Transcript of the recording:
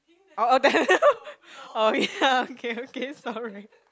oh oh oh okay okay sorry